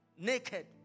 naked